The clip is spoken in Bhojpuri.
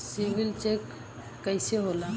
सिबिल चेक कइसे होला?